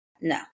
No